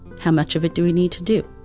how much of it do we need to do?